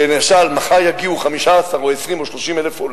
שמחר יגיעו 15,000 או 20,000 או 30,000 עולים,